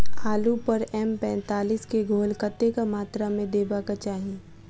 आलु पर एम पैंतालीस केँ घोल कतेक मात्रा मे देबाक चाहि?